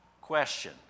Question